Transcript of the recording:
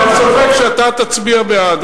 אין ספק שאתה תצביע בעד,